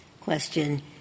question